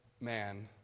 man